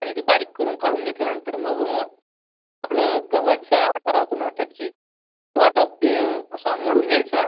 आणि ते बारीक करून काढून घेतल्यानंतर मगं आपलं गव्हाच्या आटा राहतो ना त्याची तो आटा पी असा मळून घ्यायचा